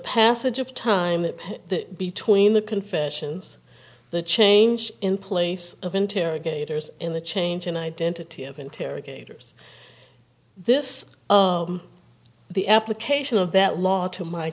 passage of time that between the confessions the change in place of interrogators in the change in identity of interrogators this the application of that law to my